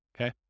okay